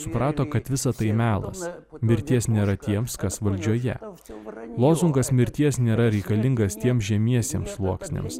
suprato kad visa tai melas mirties nėra tiems kas valdžioje lozungas mirties nėra reikalingas tiems žemiesiems sluoksniams